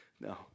No